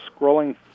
scrolling